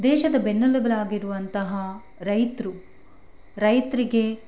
ದೇಶದ ಬೆನ್ನೆಲುಬು ಆಗಿರುವಂತಹ ರೈತರು ರೈತರಿಗೆ